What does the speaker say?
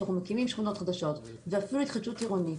כשאנחנו מקימים שכונות חדשות ואפילו התחדשות עירונית,